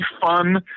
fun